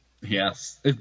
Yes